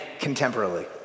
contemporarily